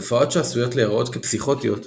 תופעות שעשויות להראות כפסיכוטיות,